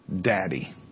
Daddy